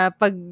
pag